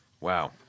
Wow